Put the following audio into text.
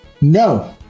No